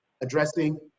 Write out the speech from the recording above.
addressing